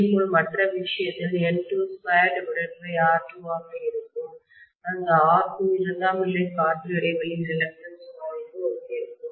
இதேபோல் மற்ற விஷயத்தில் இது N22R2 ஆக இருக்கும் அங்கு R2 இரண்டாம் நிலை காற்று இடைவெளி ரிலக்டன்ஸ் பாதைக்கு ஒத்திருக்கும்